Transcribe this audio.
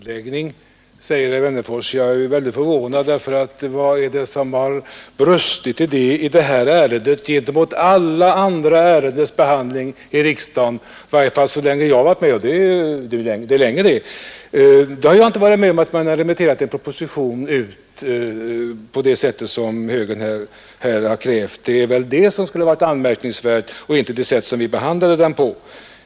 Herr talman! En ”demokratisk handläggning”, säger herr Wennerfors. Jag är väldigt förvånad. Vad är det som har brustit i fråga om demokrati vid detta ärendes behandling jämfört med alla andra ärendens behandling i riksdagen, i varje fall så länge jag har varit med, och det är länge det? Jag har inte varit med om att man har remitterat en proposition på det sätt som moderata samlingspartiet här har krävt. Det är väl det som skulle ha varit anmärkningsvärt och inte det sätt som vi har behandlat ärendet på.